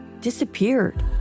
disappeared